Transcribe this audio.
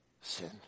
sin